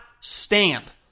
stand